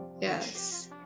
yes